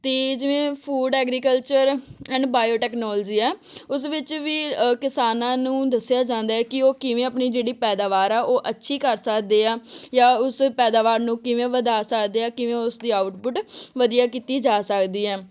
ਅਤੇ ਜਿਵੇਂ food agriculture and biotechnology ਆ ਉਸ ਵਿੱਚ ਵੀ ਕਿਸਾਨਾਂ ਨੂੰ ਦੱਸਿਆ ਜਾਂਦਾ ਹੈ ਕਿ ਉਹ ਕਿਵੇਂ ਆਪਣੀ ਜਿਹੜੀ ਪੈਦਾਵਾਰ ਆ ਉਹ ਅੱਛੀ ਕਰ ਸਕਦੇ ਆ ਜਾਂ ਉਸ ਪੈਦਾਵਾਰ ਨੂੰ ਕਿਵੇਂ ਵਧਾ ਸਕਦੇ ਆ ਕਿਵੇਂ ਉਸ ਦੀ ਆਊਟਪੁੱਟ ਵਧੀਆ ਕੀਤੀ ਜਾ ਸਕਦੀ ਆ